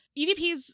EVPs